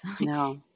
No